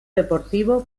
deportivo